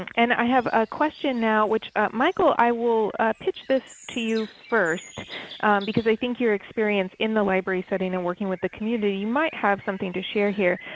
and i have a question now which michael, i will pitch this to you first because i think you're experienced in the library setting and working with the community, so you might have something to share here.